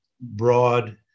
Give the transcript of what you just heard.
broad